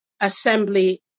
assembly